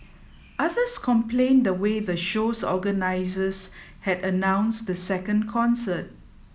others complained the way the show's organisers had announced the second concert